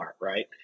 right